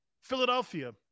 Philadelphia